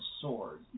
sword